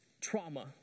Trauma